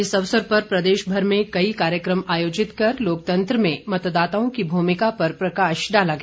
इस अवसर पर प्रदेशभर में कई कार्यक्रम आयोजित कर लोकतंत्र में मतदाताओं की भूमिका पर प्रकाश डाला गया